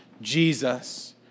Jesus